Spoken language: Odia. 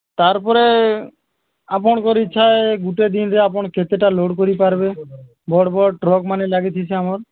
ତାର୍ ପରେ ଆପଣଙ୍କର୍ ଇଚ୍ଛା ଏ ଗୁଟେ ଦିନ୍ରେ ଆପଣ୍ କେତେଟା ଲୋଡ଼୍ କରିପାର୍ବେ ବଡ଼୍ ବଡ଼୍ ଟ୍ରକ୍ମାନେ ଲାଗିଥିସି ଆମର୍